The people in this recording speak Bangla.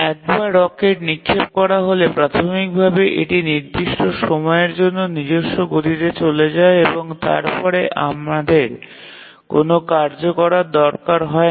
একবার রকেট নিক্ষেপ করা হলে প্রাথমিকভাবে এটি নির্দিষ্ট সময়ের জন্য নিজস্ব গতিতে চলে যায় এবং তারপরে আমাদের কোনও কার্য করার দরকার হয় না